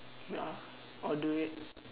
uh or durian